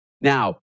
Now